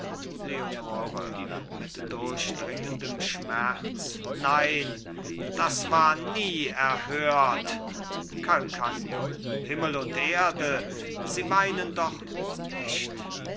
leonore mit durchdringendem schmerz nein das war nie erhört calcagno himmel und erde sie weinen doch wohl nicht